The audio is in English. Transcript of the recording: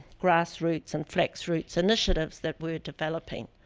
grassroots, and flex roots initiatives that were developing.